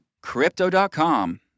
Crypto.com